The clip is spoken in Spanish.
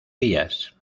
vías